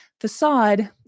facade